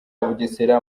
bugesera